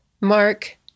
Mark